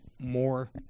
more